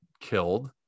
killed